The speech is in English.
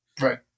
Right